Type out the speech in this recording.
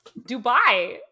Dubai